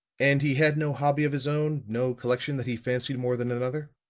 and he had no hobby of his own, no collection that he fancied more than another?